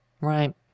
Right